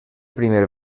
primer